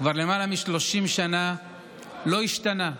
כבר למעלה מ-30 שנה לא השתנה,